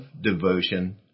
devotion